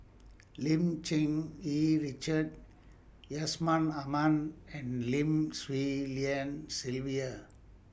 Lim Cherng Yih Richard Yusman Aman and Lim Swee Lian Sylvia